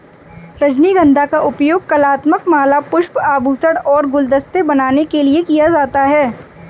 रजनीगंधा का उपयोग कलात्मक माला, पुष्प, आभूषण और गुलदस्ते बनाने के लिए किया जाता है